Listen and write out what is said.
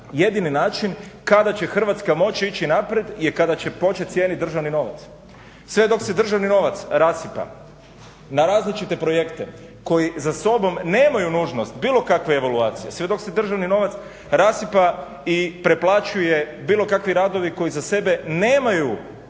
jedini način kada će Hrvatska moći ići naprijed je kada će počet cijenit državni novac. Sve dok se državni novac rasipa na različite projekte koji za sobom nemaju nužnost bilo kakve evaluacije, sve dok se državni novac rasipa i preplaćuju bilo kakvi radovi koji za sebe nemaju